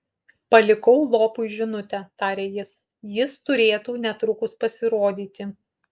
palikau lopui žinutę tarė jis jis turėtų netrukus pasirodyti